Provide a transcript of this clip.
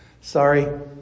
sorry